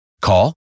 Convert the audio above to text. Call